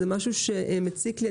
זה משהו שמציק לי.